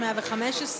115,